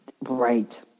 right